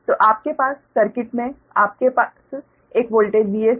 तो आपके पास सर्किट में आपके पास एक वोल्टेज Vs है